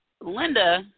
Linda